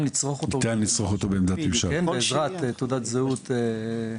לצרוך אותו בעמדה באמצעות תעודת זהות.